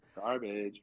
Garbage